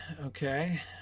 okay